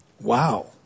Wow